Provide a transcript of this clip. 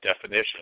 definition